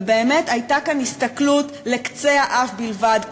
ובאמת הייתה כאן הסתכלות לקצה האף בלבד.